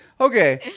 Okay